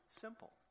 simple